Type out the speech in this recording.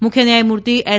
મુખ્ય ન્યાયમૂર્તિ એસ